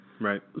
right